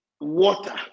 water